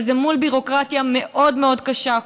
וזה מול ביורוקרטיה מאוד מאוד קשה.